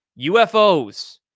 UFOs